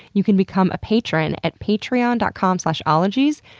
you can become a patron at patreon dot com slash ologies.